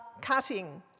cutting